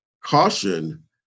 caution